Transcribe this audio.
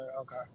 okay